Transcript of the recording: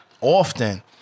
Often